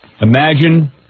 Imagine